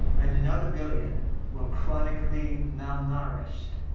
and another billion were chronically malnourished.